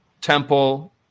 temple